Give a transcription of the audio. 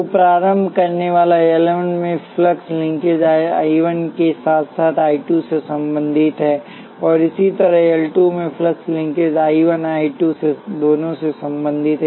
तो प्रारंभ करनेवाला L 1 में फ्लक्स लिंकेज I 1 के साथ साथ I 2 से संबंधित है और इसी तरह L 2 में फ्लक्स लिंकेज I 1 और I 2 दोनों से संबंधित है